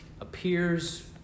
appears